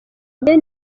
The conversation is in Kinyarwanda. ben